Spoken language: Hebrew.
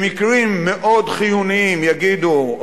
במקרים מאוד חיוניים יגידו,